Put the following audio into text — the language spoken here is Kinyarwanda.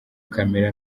camera